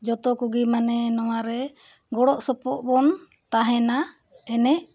ᱡᱚᱛᱚ ᱠᱚᱜᱮ ᱢᱟᱱᱮ ᱱᱚᱶᱟ ᱨᱮ ᱜᱚᱲᱚ ᱥᱚᱯᱚᱦᱚᱫ ᱵᱚᱱ ᱛᱟᱦᱮᱱᱟ ᱮᱱᱮᱡ